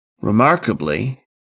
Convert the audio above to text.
Remarkably